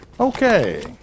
okay